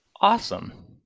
Awesome